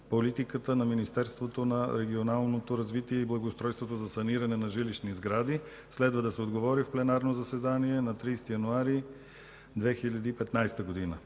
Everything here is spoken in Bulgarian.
политиката на Министерството на регионалното развитие и благоустройството за санирането на жилищни сгради. Следва да се отговори в пленарното заседание на 30 януари 2015 г.;